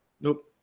nope